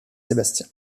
sébastien